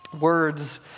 Words